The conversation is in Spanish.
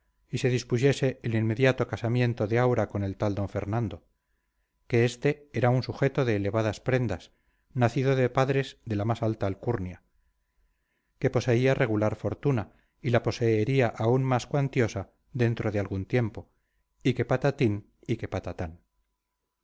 y se dispusiese el inmediato casamiento de aura con el tal d fernando que este era un sujeto de elevadas prendas nacido de padres de la más alta alcurnia que poseía regular fortuna y la poseería aún más cuantiosa dentro de algún tiempo y que patatín y que patatán